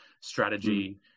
strategy